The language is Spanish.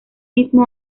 mismo